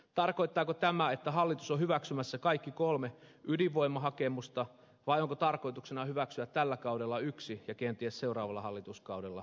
tarkoittaako tämä että hallitus on hyväksymässä kaikki kolme ydinvoimalahakemusta vai onko tarkoituksena hyväksyä tällä kaudella yksi ja kenties seuraavalla hallituskaudella kaksi